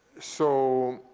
so